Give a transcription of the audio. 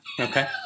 Okay